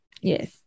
Yes